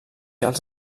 als